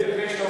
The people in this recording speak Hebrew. תגיד.